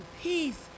peace